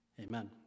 Amen